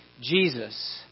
Jesus